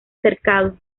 cercado